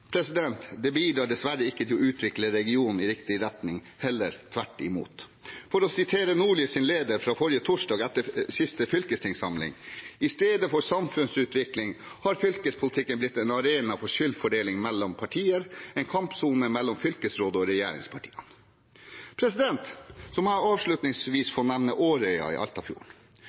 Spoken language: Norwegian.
Det bidrar dessverre ikke til å utvikle regionen i riktig retning – heller tvert imot. For å sitere Nordlys’ leder fra forrige torsdag etter siste fylkestingssamling: «I stedet for samfunnsutvikling har fylkespolitikken blitt en arena for skyldfordeling mellom partier, en kampsone mellom fylkesrådet og regjeringspartiene.» Jeg må avslutningsvis få nevne Årøya i Altafjorden,